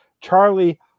Charlie